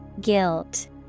Guilt